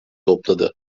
topladı